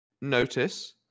notice